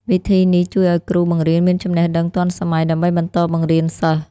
វិធីនេះជួយឱ្យគ្រូបង្រៀនមានចំណេះដឹងទាន់សម័យដើម្បីបន្តបង្រៀនសិស្ស។